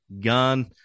gun